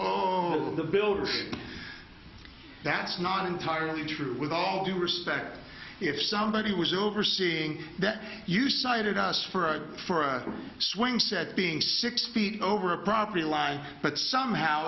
mohel the builder that's not entirely true with all due respect if somebody was overseeing that you cited us for for a swing set being six feet over a property line but somehow